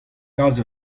kalz